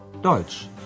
Deutsch